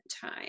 time